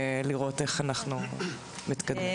לראות איך אנחנו מתקדמים.